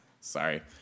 Sorry